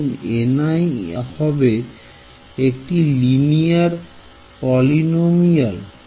এবং Ni হবে একটি লিনিয়ার পলিনোমিয়াল